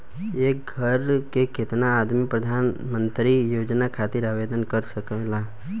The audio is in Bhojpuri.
एक घर के केतना आदमी प्रधानमंत्री योजना खातिर आवेदन कर सकेला?